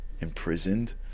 Imprisoned